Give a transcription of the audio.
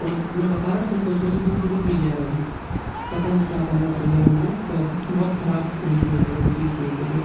और मैं बता रहा ना तुमको उसमें से तो टूट भी गया भई पता नहीं क्या करना चाहिए मुझे पर बहुत खराब रिव्यु मेरा इस चीज़ को लेके तो